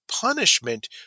punishment